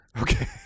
Okay